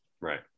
Right